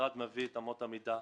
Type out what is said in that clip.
המשרד מביא את אמות המידה,